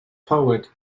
poet